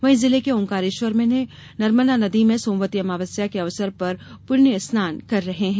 वहीं जिले के ऑकारेश्वर में नर्मदा नदी में सोमवती अमावस्या के अवसर पर पूण्य स्नान कर रहे हैं